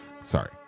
sorry